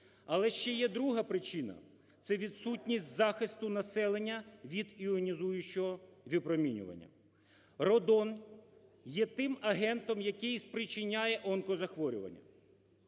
Але є ще друга причина – це відсутність захисту населення від іонізуючого випромінювання. Радон є тим агентом, який спричиняє онкозахворювання,